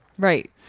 Right